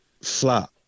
flat